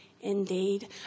indeed